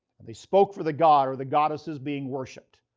they spoke for the god or the goddesses being worshipped.